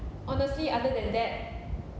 honestly other than that